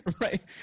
Right